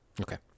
Okay